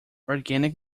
organic